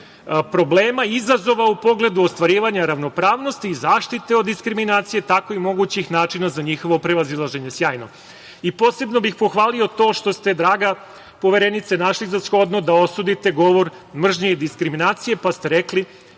problema i izazova u pogledu ostvarivanja ravnopravnosti i zaštite od diskriminacije, tako i mogućih načina za njihovo prevazilaženje". Sjajno. Posebno bih pohvalio to što ste, draga Poverenice, našli za shodno da osudite govor mržnje i diskriminacije, pa ste rekli,